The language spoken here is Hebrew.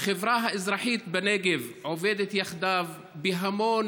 החברה האזרחית בנגב עובדת יחדיו בהמון